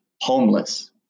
homeless